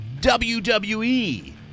WWE